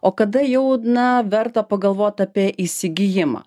o kada jau na verta pagalvot apie įsigijimą